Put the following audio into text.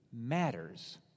matters